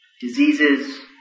diseases